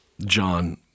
John